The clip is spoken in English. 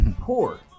poor